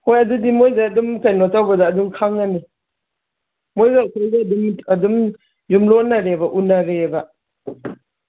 ꯍꯣꯏ ꯑꯗꯨꯗꯤ ꯃꯣꯏꯗ ꯑꯗꯨꯝ ꯀꯩꯅꯣ ꯇꯧꯕꯗ ꯑꯗꯨꯝ ꯈꯪꯉꯅꯤ ꯃꯣꯏꯒ ꯑꯩꯈꯣꯏꯒ ꯑꯗꯨꯝ ꯑꯗꯨꯝ ꯌꯨꯝꯂꯣꯟꯅꯔꯦꯕ ꯎꯅꯔꯦꯕ